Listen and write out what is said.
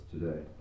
today